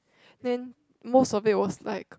then most of it was like